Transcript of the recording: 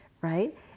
right